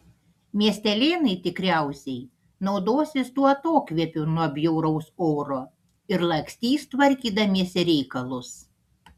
miestelėnai tikriausiai naudosis tuo atokvėpiu nuo bjauraus oro ir lakstys tvarkydamiesi reikalus